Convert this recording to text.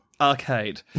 arcade